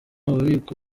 ububiko